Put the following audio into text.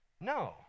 No